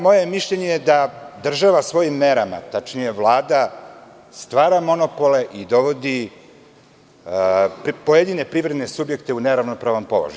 Moje mišljenje je da država svojim merama, tačnije Vlada stvara monopole i dovodi pojedine privredne subjekte u neravnopravan položaj.